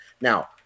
Now